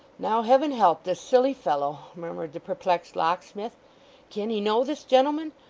now heaven help this silly fellow murmured the perplexed locksmith can he know this gentleman?